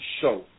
show